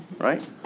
Right